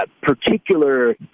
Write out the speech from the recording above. particular